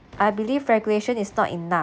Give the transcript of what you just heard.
I believe regulation is not enough